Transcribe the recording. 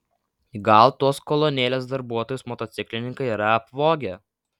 gal tuos kolonėlės darbuotojus motociklininkai yra apvogę